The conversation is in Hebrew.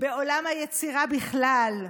בעולם היצירה בכלל,